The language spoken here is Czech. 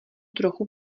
trochu